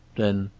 then